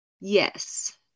Yes